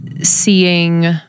seeing